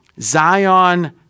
Zion